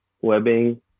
webbing